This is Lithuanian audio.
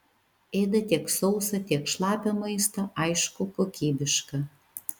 ėda tiek sausą tiek šlapią maistą aišku kokybišką